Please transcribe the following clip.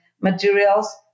materials